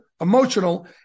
emotional